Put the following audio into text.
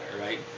right